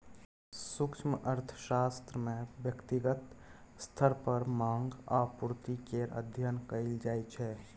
सूक्ष्म अर्थशास्त्र मे ब्यक्तिगत स्तर पर माँग आ पुर्ति केर अध्ययन कएल जाइ छै